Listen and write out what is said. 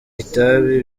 itabi